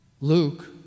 Luke